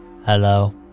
Hello